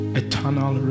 eternal